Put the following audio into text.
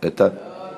להעביר